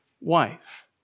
wife